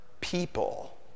people